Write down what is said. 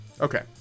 Okay